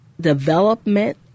development